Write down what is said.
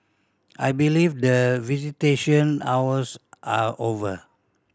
I believe the visitation hours are over